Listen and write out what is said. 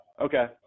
Okay